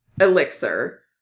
Elixir